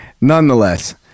Nonetheless